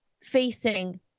facing